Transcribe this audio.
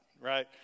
right